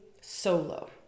solo